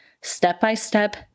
step-by-step